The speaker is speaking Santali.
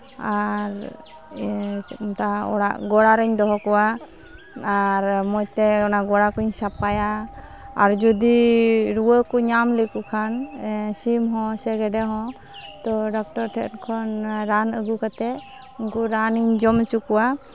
ᱟᱨ ᱪᱮᱫ ᱠᱚ ᱢᱮᱛᱟᱜᱼᱟ ᱚᱲᱟᱜ ᱜᱚᱲᱟ ᱨᱤᱧ ᱫᱚᱦᱚ ᱠᱚᱣᱟ ᱟᱨ ᱢᱚᱡᱽᱛᱮ ᱚᱱᱟ ᱜᱚᱲᱟ ᱠᱩᱧ ᱥᱟᱯᱟᱭᱟ ᱟᱨ ᱡᱩᱫᱤ ᱨᱩᱣᱟᱹ ᱠᱚ ᱧᱟᱢ ᱞᱮᱠᱚ ᱠᱷᱟᱱ ᱥᱤᱢ ᱦᱚᱸ ᱥᱮ ᱜᱮᱰᱮ ᱦᱚᱸ ᱛᱚ ᱰᱚᱠᱴᱚᱨ ᱴᱷᱮᱱ ᱠᱷᱚᱱ ᱨᱟᱱ ᱟᱹᱜᱩ ᱠᱟᱛᱮᱫ ᱩᱱᱠᱩ ᱨᱟᱱᱤᱧ ᱡᱚᱢ ᱚᱪᱚ ᱠᱚᱣᱟ